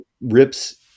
Rip's